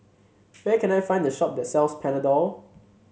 where can I find the shop that sells Panadol